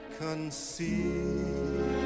conceive